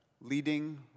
leading